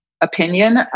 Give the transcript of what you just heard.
opinion